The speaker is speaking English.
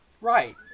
Right